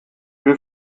will